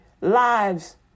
lives